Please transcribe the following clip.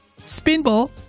spinball